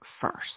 first